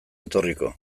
etorriko